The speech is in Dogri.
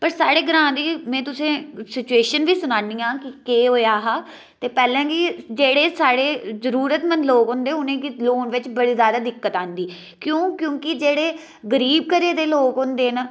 पर साढ़े ग्रांऽ दे में तुसें सिचूऐशन बी सनान्नी आं के केह् होआ हा ते पैह्लें बी जेह्ड़े साढ़े जरूरतमंद लोग होंदे उ'नेंगी लोन बिच बड़ी जादा दिक्कत आंदी क्यों क्योंकि जेह्ड़े गरीब घरै दे लोग होंदे न